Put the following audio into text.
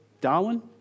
Darwin